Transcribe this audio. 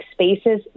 spaces